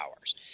hours